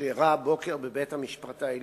שאירע הבוקר בבית-המשפט העליון,